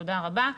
תודה רבה.